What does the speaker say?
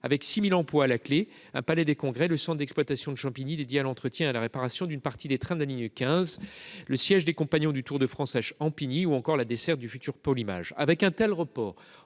avec 6 000 emplois à la clé, un palais des congrès, le centre d’exploitation de Champigny dédié à l’entretien et à la réparation d’une partie des trains de la ligne 15, le siège des Compagnons du tour de France ou encore le futur pôle de l’image. Cette